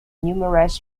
numerous